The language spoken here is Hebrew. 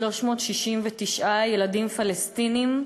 369 ילדים פלסטינים,